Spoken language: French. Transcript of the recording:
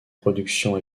productions